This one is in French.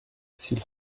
s’il